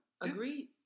Agreed